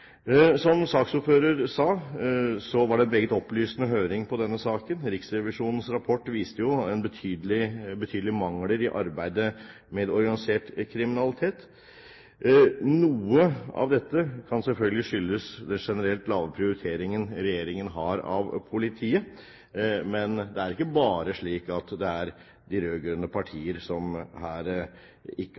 Som saksordføreren sa, var det en meget opplysende høring om denne saken. Riksrevisjonens rapport viste betydelige mangler i arbeidet med organisert kriminalitet. Noe av dette kan selvfølgelig skyldes den generelt lave prioriteringen regjeringen har av politiet, men det er ikke slik at det bare er de rød-grønne partiene som her